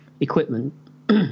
equipment